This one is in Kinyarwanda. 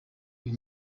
uyu